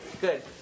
good